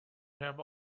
have